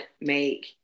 make